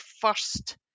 first